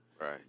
Right